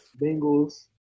Bengals